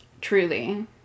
Truly